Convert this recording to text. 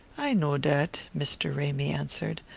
i know dat, mr. ramy answered.